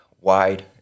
wide